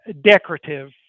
decorative